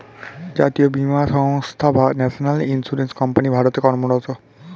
জাতীয় বীমা সংস্থা বা ন্যাশনাল ইন্স্যুরেন্স কোম্পানি ভারতে কর্মরত